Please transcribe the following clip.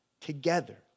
Together